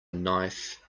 knife